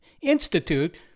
Institute